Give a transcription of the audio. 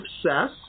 success